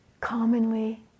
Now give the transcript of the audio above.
commonly